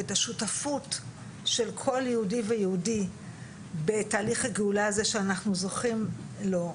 ואת השותפות של כל יהודי ויהודי בתהליך הגאולה הזה שאנחנו זוכים לו,